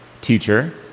Teacher